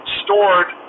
stored